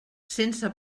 sense